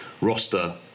roster